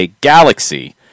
Galaxy